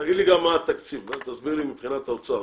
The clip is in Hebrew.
מה התקציב מבחינת האוצר.